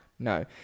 no